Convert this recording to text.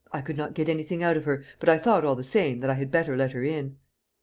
i could not get anything out of her, but i thought, all the same, that i had better let her in.